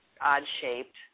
odd-shaped